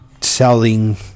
selling